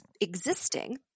existing